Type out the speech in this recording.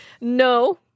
No